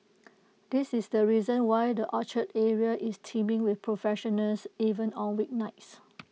this is the reason why the Orchard area is teeming with professionals even on weeknights